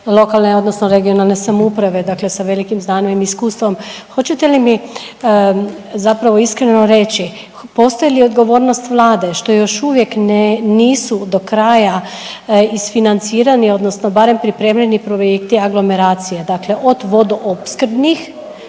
odnosno regionalne samouprave dakle sa velikim znanjem i iskustvom hoćete li mi zapravo iskreno reći postoji li odgovornost Vlade što još uvijek ne, nisu dokraja isfinancirani odnosno barem pripremljeni projekti aglomeracije, dakle od vodoopskrbnih